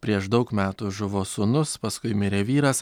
prieš daug metų žuvo sūnus paskui mirė vyras